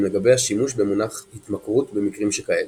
לגבי השימוש במונח "התמכרות" במקרים שכאלה.